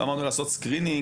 אמרנו לעשות סריקה,